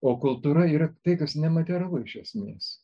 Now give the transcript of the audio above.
o kultūra yra tai kas nematerialu iš esmės